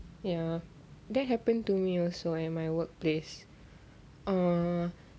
ya that happened to me also at my workplace err